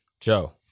Joe